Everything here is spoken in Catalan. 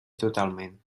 totalment